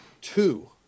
two